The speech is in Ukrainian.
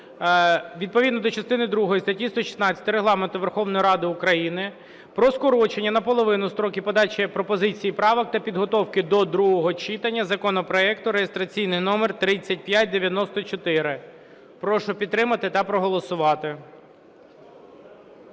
відповідно до частини другої статті 116 Регламенту Верховної Ради України про скорочення наполовину строків подачі пропозицій і правок та підготовки до другого читання законопроекту реєстраційний номер 3594. Прошу підтримати та проголосувати.